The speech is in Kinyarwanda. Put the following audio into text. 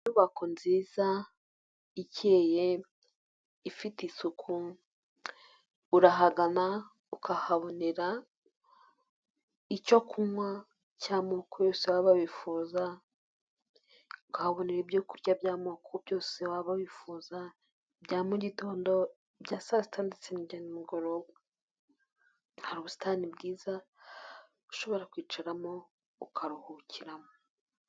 Inyubako nziza ikeye, ifite isuku, urahagana ukahabonera icyo kunywa cy'amoko yose waba wifuza, ukahabonera ibyo kurya by'amoko yose waba wifuza, ibya mugitondo, ibya saa sita ndetse hari ubusitani bwiza ushobora kwicaramo ukaruhukiramo.